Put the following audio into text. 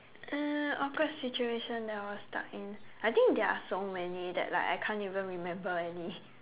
uh awkward situation that I was stuck in I think there are so many that like I can't even remember any